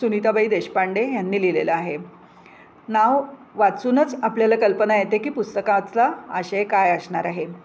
सुनीताबाई देशपांडे ह्यांनी लिहिलेलं आहे नाव वाचूनच आपल्याला कल्पना येते की पुस्तकांतला आशय काय असणार आहे